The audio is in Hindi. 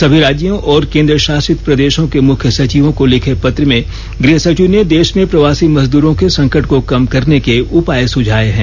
संभी राज्यों और केंद्र शासित प्रदेशों के मुख्य सचिवों को लिखे पत्र में गृह सचिव ने देश में प्रवासी मजदूरों के संकट को कम करने के उपाय सुझाये हैं